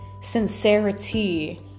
sincerity